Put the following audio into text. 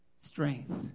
strength